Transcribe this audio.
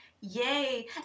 Yay